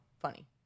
funny